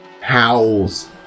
Howls